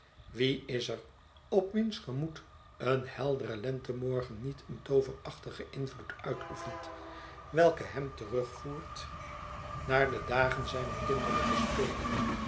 wie is er op wiens gemoed een heldere lentemorgen niet een tooverachtigen invloed uitoefent welke hem terug voert naar de dagen zijner kinderlijke spelen